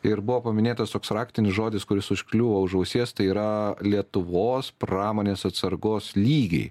ir buvo paminėtas toks raktinis žodis kuris užkliūva už ausies tai yra lietuvos pramonės atsargos lygiai